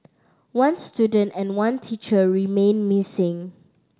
one student and one teacher remain missing